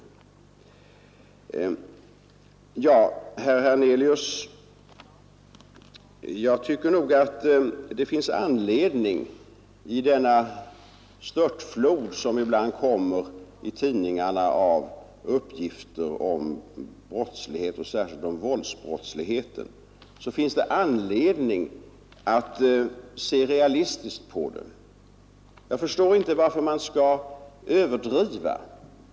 Till herr Hernelius vill jag säga att jag tycker att det trots denna störtflod av uppgifter om brottslighet och särskilt om våldsbrottslighet som ibland kommer i tidningarna finns anledning att se realistiskt på situationen. Jag förstår inte varför man skall överdriva.